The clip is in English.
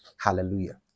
Hallelujah